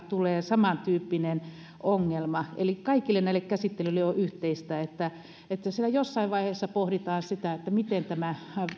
tulee samantyyppinen ongelma eli kaikille näille käsittelyille on yhteistä että että siellä jossain vaiheessa pohditaan sitä miten tämä